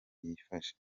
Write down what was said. byifashe